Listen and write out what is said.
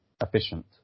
efficient